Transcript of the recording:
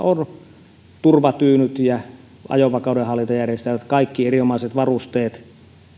on turvatyynyt ja ajovakauden hallintajärjestelmät kaikki erinomaiset varusteet